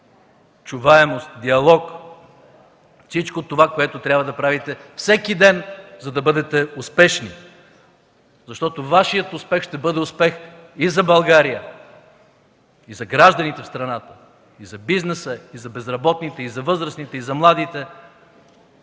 чуваемост, диалог – всичко това, което трябва да правите всеки ден, за да бъдете успешни, защото Вашият успех ще бъде успех и за България, и за гражданите в страната, и за бизнеса, и за безработните, и за възрастните, и за младите.